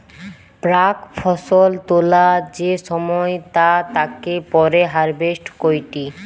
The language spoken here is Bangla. প্রাক ফসল তোলা যে সময় তা তাকে পরে হারভেস্ট কইটি